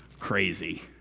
crazy